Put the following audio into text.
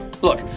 Look